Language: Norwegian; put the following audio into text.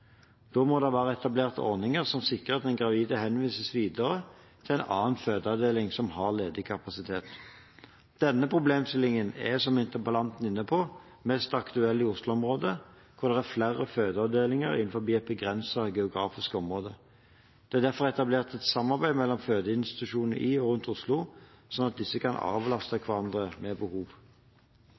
Da må det være etablert ordninger som sikrer at den gravide henvises videre til en annen fødeavdeling som har ledig kapasitet. Denne problemstillingen er, som interpellanten var inne på, mest aktuell i Oslo-området, hvor det er flere fødeavdelinger innenfor et begrenset geografisk område. Det er derfor etablert et samarbeid mellom fødeinstitusjonene i og rundt Oslo, slik at disse kan avlaste hverandre ved behov.